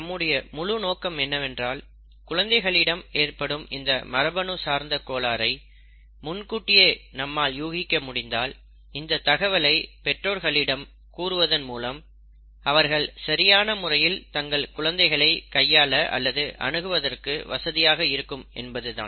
நம்முடைய முழு நோக்கம் என்னவென்றால் குழந்தைகளிடம் ஏற்படும் இந்த மரபணு சார்ந்த கோளாறை முன்கூட்டியே நம்மால் யூகிக்க முடிந்தால் இந்த தகவலை பெற்றோர்களிடம் கூறுவதன் மூலம் அவர்கள் சரியான முறையில் தங்கள் குழந்தைகளை கையாள அல்லது அணுகுவதற்கு வசதியாக இருக்கும் என்பதுதான்